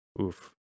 Oof